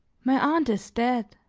my aunt is dead,